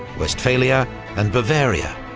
westphalia and bavaria,